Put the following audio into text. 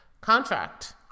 contract